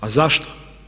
A zašto?